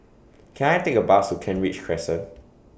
Can I Take A Bus to Kent Ridge Crescent